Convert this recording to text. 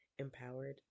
empowered